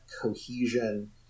cohesion